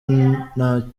nta